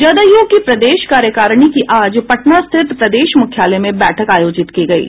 जदयू की प्रदेश कार्यकारिणी की आज पटना स्थित प्रदेश मुख्यालय में बैठक आयोजित की गयी